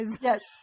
yes